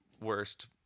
worst